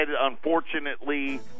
unfortunately